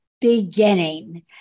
beginning